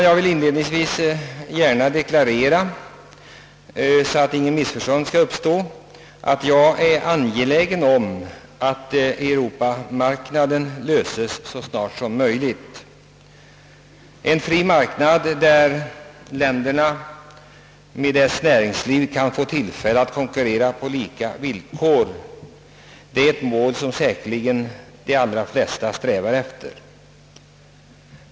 Jag vill inledningsvis — för att inga missförstånd skall uppstå — deklarera att jag är angelägen om att Europamarknaden förverkligas så snart som möjligt. En fri marknad där de olika länderna och deras näringsliv kan få tillfälle att konkurrera på lika villkor är en målsättning som säkerligen de allra flesta kan godkänna.